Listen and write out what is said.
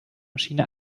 maschine